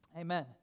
amen